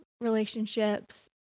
relationships